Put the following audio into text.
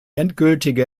endgültige